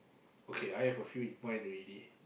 okay I have a few in mind already